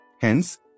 Hence